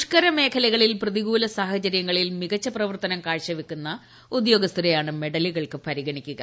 ദുഷ്കര മേഖലകളിൽ പ്രതികൂല സാഹചര്യങ്ങളിൽ മികച്ച പ്രവർത്തനം കാഴ്ചവയ്ക്കുന്ന ഉദ്യോഗസ്ഥരെയാണ് മെഡലുകൾക്ക് പരിഗണിക്കുക